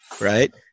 right